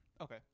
Okay